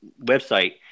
website